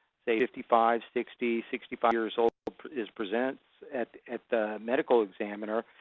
say, fifty five, sixty, sixty five years old is presented at at the medical examiner,